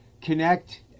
connect